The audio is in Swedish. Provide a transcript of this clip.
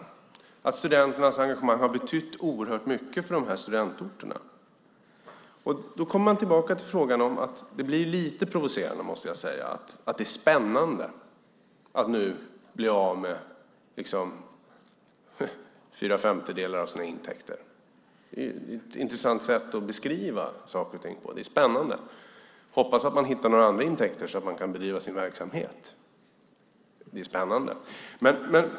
Ser hon inte att studenternas engagemang har betytt oerhört mycket för de här studentorterna? Då blir det lite provocerande, måste jag säga, att det är "spännande" att nu bli av med fyra femtedelar av sina intäkter. Det är ett intressant sätt att beskriva saker och ting på - det är "spännande". Hoppas att man hittar några andra intäkter, så att man kan bedriva sin verksamhet. Det är spännande!